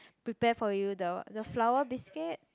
prepare for you the what the flower biscuit